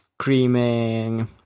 screaming